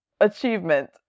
achievement